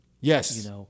Yes